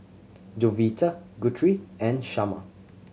Jovita Guthrie and Shamar